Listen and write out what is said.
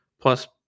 plus